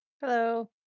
Hello